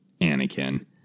Anakin